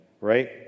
right